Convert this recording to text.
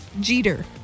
Jeter